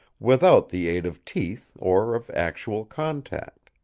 without the aid of teeth or of actual contact.